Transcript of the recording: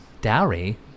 dowry